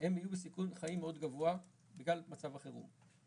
- הם יהיו בסיכון חיים מאוד גבוה בגלל מצב החירום.